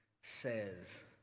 says